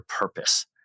purpose